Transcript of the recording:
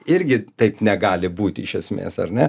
irgi taip negali būt iš esmės ar ne